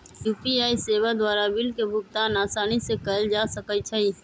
UPI सेवा द्वारा bill के भुगतान असानी से कएल जा सकइ छै